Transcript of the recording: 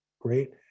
great